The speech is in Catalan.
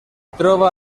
troba